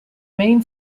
main